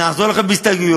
נעזור לכם בהסתייגויות,